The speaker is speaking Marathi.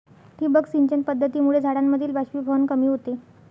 ठिबक सिंचन पद्धतीमुळे झाडांमधील बाष्पीभवन कमी होते